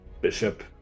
Bishop